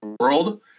world